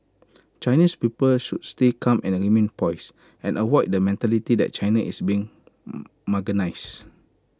Chinese people should stay calm and remain poise and avoid the mentality did China is being marginalised